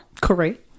Correct